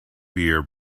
beer